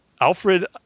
Alfred